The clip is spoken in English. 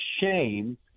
shame